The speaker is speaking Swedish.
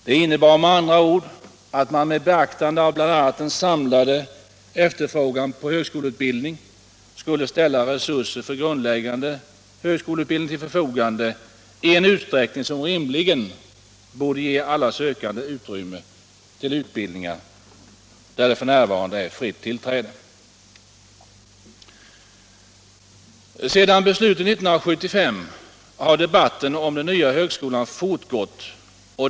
Det innebar med andra ord att man med beaktande av bl.a. den samlade efterfrågan på högskoleutbildning skulle ställa resurser för grundläggande högskoleutbildning till förfogande i en utsträckning som rimligen borde ge alla sökande utrymme till utbildning, där det f.n. är fritt tillträde. Sedan beslutet 1975 har debatten om den nya högskolan gått vidare.